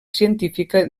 científica